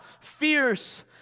fierce